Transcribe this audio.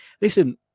Listen